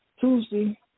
Tuesday